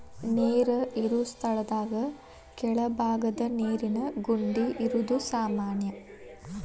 ನೇರ ಇರು ಸ್ಥಳದಾಗ ಕೆಳಬಾಗದ ನೇರಿನ ಗುಂಡಿ ಇರುದು ಸಾಮಾನ್ಯಾ